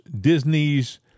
Disney's